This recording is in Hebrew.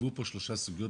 התערבבו פה שלוש סוגיות